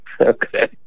Okay